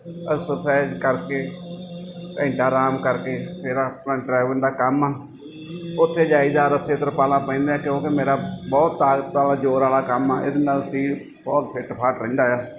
exercise ਕਰਕੇ ਘੰਟਾ ਆਰਾਮ ਕਰਕੇ ਫਿਰ ਆਪਣਾ ਡਰਾਈਵਿੰਗ ਦਾ ਕੰਮ ਆ ਉੱਥੇ ਜਾਈਦਾ ਰੱਸੇ ਤਰਪਾਲਾਂ ਪਾਈਦੀਆਂ ਕਿਉਂਕਿ ਮੇਰਾ ਬਹੁਤ ਤਾਕਤ ਵਾਲਾ ਜ਼ੋਰ ਵਾਲਾ ਕੰਮ ਆ ਇਹਦੇ ਨਾਲ ਸਰੀਰ ਬਹੁਤ ਫਿੱਟ ਫਾਟ ਰਹਿੰਦਾ ਆ